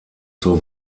zur